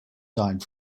died